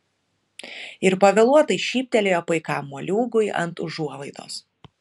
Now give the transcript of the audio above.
ir pavėluotai šyptelėjo paikam moliūgui ant užuolaidos